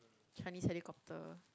Chinese helicopter